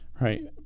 right